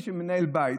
מנהל בית,